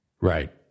Right